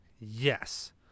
Yes